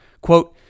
Quote